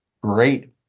great